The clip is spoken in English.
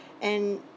and